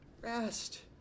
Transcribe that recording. Rest